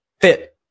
fit